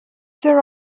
there